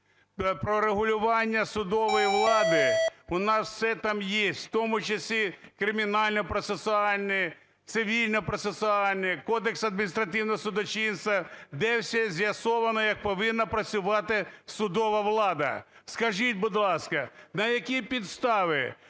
Про регулювання судової влади у нас все там є, у тому числі Кримінально-процесуальний, Цивільно-процесуальний, Кодекс адміністративного судочинства, де все з'ясовано, як повинна працювати судова влада. Скажіть, будь ласка, на якій підставі